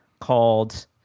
called